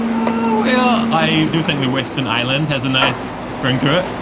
oh yeah i do think the western island has a nice ring to it!